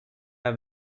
are